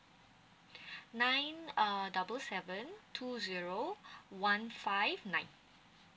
nine uh double seven two zero one five nine